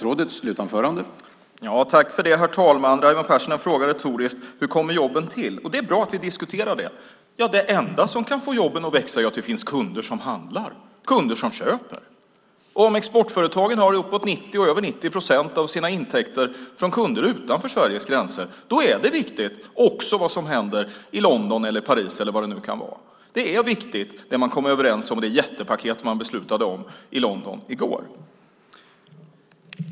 Herr talman! Raimo Pärssinen frågar retoriskt: Hur kommer jobben till? Det är bra att vi diskuterar det. Det enda som kan få jobben att växa är att det finns kunder som handlar. Om exportföretagen har över 90 procent av sina intäkter från kunder utanför Sveriges gränser är det viktigt vad som händer i London och Paris. Det är viktigt det man kom överens om - det jättepaket man beslutade om - i London i går.